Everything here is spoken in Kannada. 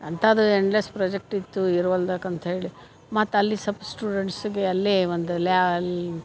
ಅಂಥದ್ದು ಎಂಡ್ಲೆಸ್ ಪ್ರೊಜೆಕ್ಟ್ ಇತ್ತು ಇರುವಲ್ದಾಕೆ ಅಂತ್ಹೇಳಿ ಮತ್ತು ಅಲ್ಲಿ ಸಲ್ಪ ಸ್ಟೂಡೆಂಟ್ಸಿಗೆ ಅಲ್ಲೇ ಒಂದು ಲ್ಯಾ